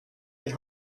die